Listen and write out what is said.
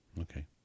Okay